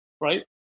right